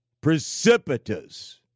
precipitous